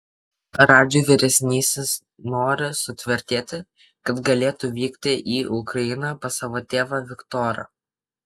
radži vyresnysis nori sutvirtėti kad galėtų vykti į ukrainą pas savo tėvą viktorą